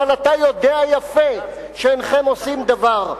אבל אתה יודע יפה שאינכם עושים דבר.